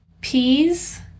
peas